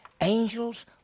Angels